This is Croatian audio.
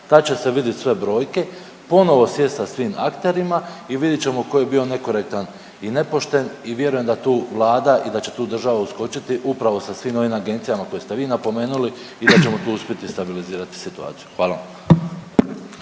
tad će se vidjeti sve brojke, ponovo sjesti sa svim akterima i vidit ćemo tko je bio nekorektan i nepošten i vjerujem da tu Vlada i da će tu država uskočiti upravo sa svim ovim agencijama koje ste vi napomenuli i da ćemo tu uspjeti stabilizirati situaciju. Hvala.